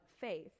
faith